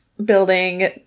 building